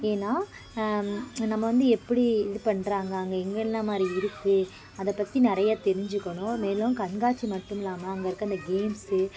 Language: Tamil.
ஏன்னா நம்ம வந்து எப்படி இது பண்ணுறாங்க அங்க என்னென்னமாரி இருக்கும் அதை பற்றி நிறைய தெரிஞ்சுக்கணும் மேலும் கண்காட்சி மட்டும் இல்லாமல் அங்கிருக்க அந்த கேம்ஸ்ஸு